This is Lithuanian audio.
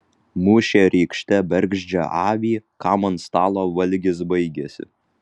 mušė rykšte bergždžią avį kam ant stalo valgis baigėsi